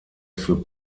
für